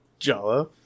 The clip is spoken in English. Jala